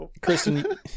Kristen